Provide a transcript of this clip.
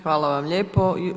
Hvala vam lijepo.